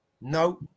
no